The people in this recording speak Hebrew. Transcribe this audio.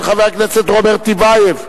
של חבר הכנסת רוברט טיבייב.